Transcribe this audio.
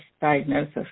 diagnosis